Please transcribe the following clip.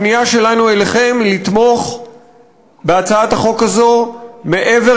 אליכם היא לתמוך בהצעת החוק הזו מעבר